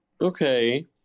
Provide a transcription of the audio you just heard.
Okay